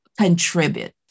contribute